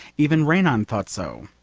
even renan thought so.